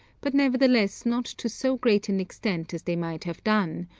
but nevertheless not to so great an extent as they might have done,